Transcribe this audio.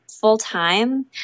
full-time